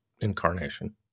incarnation